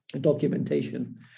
documentation